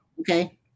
Okay